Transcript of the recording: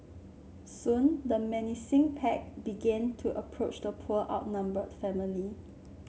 soon the menacing pack began to approach the poor outnumbered family